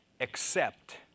accept